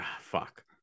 fuck